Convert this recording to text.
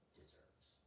deserves